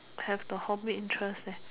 have the hobby interest